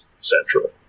Central